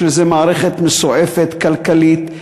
יש לזה מערכת מסועפת כלכלית,